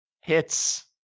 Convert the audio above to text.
hits